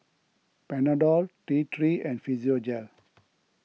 Panadol T three and Physiogel